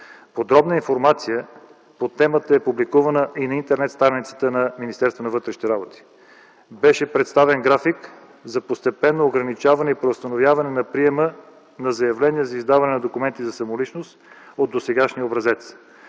Подробна информация по темата е публикувана и на Интернет-страницата на Министерството на вътрешните работи. Беше представен график за постепенно ограничаване и преустановяване на приема на заявления за издаване на документи за самоличност от досегашния образец.